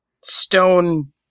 stone